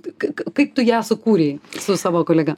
kai kai kaip tu ją sukūrei su savo kolega